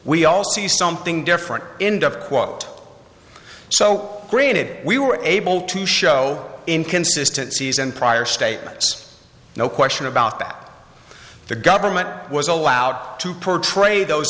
we all see something different end of quote so granted we were able to show inconsistent season prior statements no question about that the government was allowed to portray those